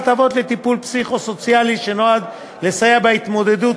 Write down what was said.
הטבות לטיפול פסיכו-סוציאלי שנועד לסייע בהתמודדות